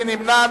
מי נמנע?